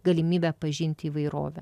galimybę pažinti įvairovę